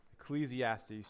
Ecclesiastes